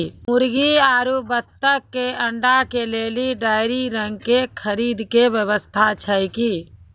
मुर्गी आरु बत्तक के अंडा के लेली डेयरी रंग के खरीद के व्यवस्था छै कि?